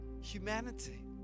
Humanity